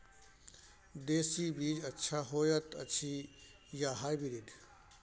देसी बीज अच्छा होयत अछि या हाइब्रिड?